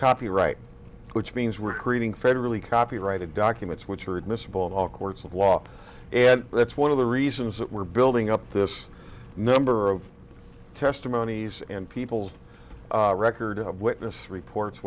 copyright which means we're creating federally copyrighted documents which are admissible in all courts of law and that's one of the reasons that we're building up this number of testimonies and people's record of witness reports